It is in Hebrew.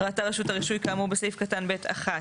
ראתה רשות הרישוי כאמור בסעיף קטן (ב)(1),